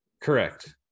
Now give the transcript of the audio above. correct